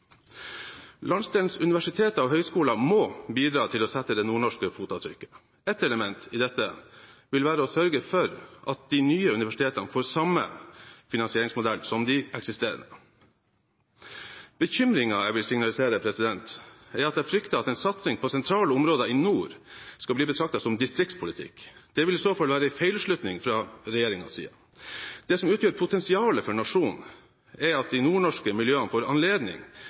Landsdelens universiteter og høyskoler må bidra til å sette det nordnorske fotavtrykket, og ett element i dette vil være å sørge for at de nye universitetene får samme finansieringsmodell som de eksisterende. Bekymringen jeg vil signalisere, er at jeg frykter at en satsing på sentrale områder i nord skal bli betraktet som distriktspolitikk. Det vil i så fall være en feilslutning fra regjeringens side. Det som utgjør potensialet for nasjonen, er at de nordnorske miljøene får anledning